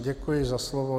Děkuji za slovo.